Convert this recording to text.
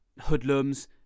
hoodlums